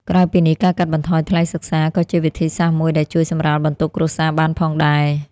ក្រៅពីនេះ ការកាត់បន្ថយថ្លៃសិក្សា ក៏ជាវិធីសាស្ត្រមួយដែលជួយសម្រាលបន្ទុកគ្រួសារបានផងដែរ។